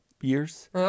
years